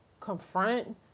confront